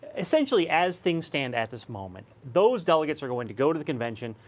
essentially, as things stand at this moment, those delegates are going to go to the convention,